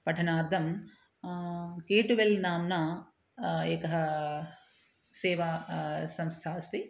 पठनार्थं ये ट्वेल् नाम्ना एका सेवा संस्था अस्ति